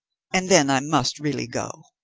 and then i must really go.